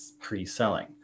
pre-selling